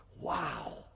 Wow